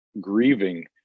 grieving